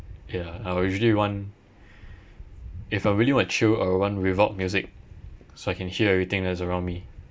ya I will usually run if I really wanna chill I'll run without music so I can hear everything that's around me